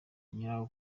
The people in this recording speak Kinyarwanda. nyirawo